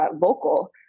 vocal